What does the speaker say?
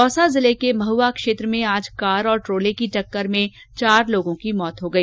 दौसा जिले के महुआ क्षेत्र में आज कार और ट्रोले की टक्कर में चार लोगों की मौत हो गई